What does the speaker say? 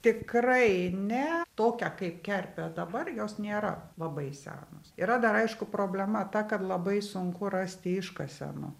tikrai ne tokia kaip kerpė dabar jos nėra labai senos yra dar aišku problema ta kad labai sunku rasti iškasenų